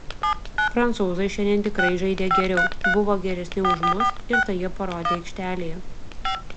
prancūzai šiandien tikrai žaidė geriau buvo geresni už mus ir tai jie parodė aikštelėje